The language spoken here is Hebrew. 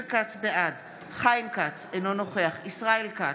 בעד חיים כץ, אינו נוכח ישראל כץ,